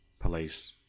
police